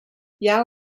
yeo